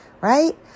right